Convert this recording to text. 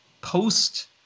post –